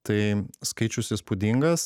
tai skaičius įspūdingas